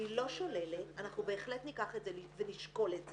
אנחנו בהחלט ניקח את זה ונשקול את זה,